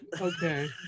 Okay